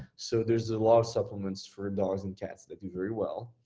so there's a lot of supplements for dogs and cats that do very well.